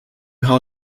how